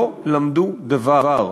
לא למדו דבר.